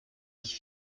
ich